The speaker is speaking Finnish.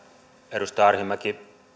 edustaja arhinmäki